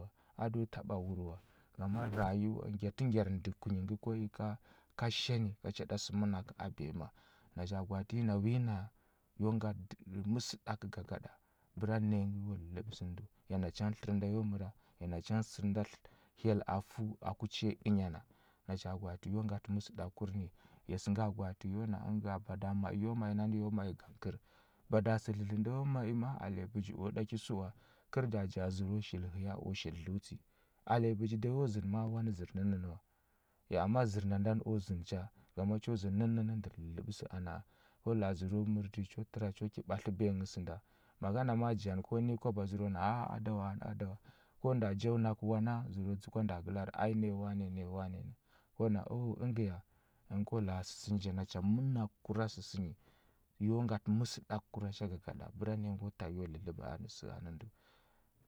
A do taɓa wur wa, ngama rayuwa ngyatə ngyar ndə kunyi ngə ko i ka shani nyi ga cha sə mənakə a biyama. Nacha gwaatə yi a wi naya, yo ngatə də məsəɗakə gagaɗa, bəra naya ngo dlədləɓə sə nə ndəu, ya nacha ngə tlər nda yo məra, ya nacha sənda tlə hyel a fəu aku cha ya ənya na. Nacha gwaatə yo ngatə məsəɗakur ni. Ya sənga gwaatə yo na əngə nga, bada ma i yo ma i nani yo ma i gangkər. Bada sə dlədlə nda yo ma i ma a ale bəji u ɗa ki səwa. Kər nda ja zərəu shili həya u shil dləutsə. Ale bəji da yo zənə ma a wanə zər nən nə wa, ya ama zər nda ndani u zənə cha, ngama cho zənə nən nə nə ndər dlədləɓə sə a na a. Ko la a zərəu mərtə cho təra cho ki ɓatləbiya nghə sənda. Ma ga na ma a janə ko nə nyi kwaba, zərəu na a a a da wa da wa. Ko nda jawa nakə wana? Zərəu dzəgwa nda gəlari ai naya wani naya wani na. Ko na o əngə ya. :ungə ko la a səsə nyi ja, nacha ngə mənakura səsə nyi. Yo ngatə məsəɗakura cha gagaɗa, bəra naya ngo ta i yo dlədləɓə anə sə anə ndəu.